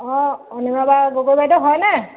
অঁ অনিমা বাৰু গগৈ বাইদেউ হয়নে